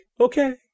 okay